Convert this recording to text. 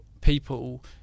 people